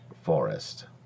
forest